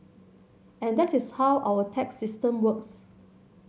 and that is how our tax system works